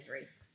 risks